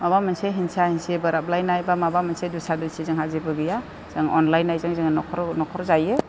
माबा मोनसे हिंसा हिंसा बोराबलायनाय बा माबा मोनसे दुसा दुसि जोंहा जेबो गैया जों अनलायनायजों जोङो न'खर जायो